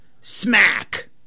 smack